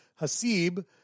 Hasib